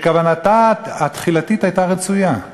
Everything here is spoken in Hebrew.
שכוונתה ההתחלתית הייתה רצויה,